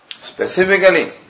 specifically